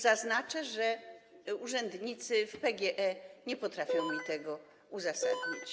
Zaznaczę, że urzędnicy w PGE nie potrafią mi tego uzasadnić.